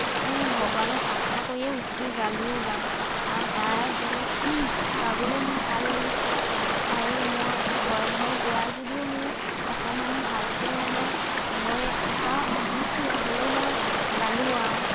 একো ভগৱানক প্ৰাৰ্থনা কৰিয়ে উঠি গালো গান আৰু গাই বই গাবলৈও মোক ভাল লাগিছিলে আৰু মই ভয় ভয় গোৱা যদিও মোৰ অকণমান ভালকৈ মানে ভয় এটাও আহিছিলে হ'লেও মই গালোঁ আৰু